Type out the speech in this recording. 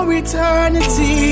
eternity